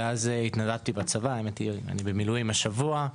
ואז התנדבתי בצבא, האמת היא שאני במילואים השבוע.